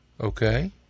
Okay